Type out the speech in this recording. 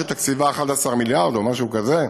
שתקציבה 11 מיליארד או משהו כזה.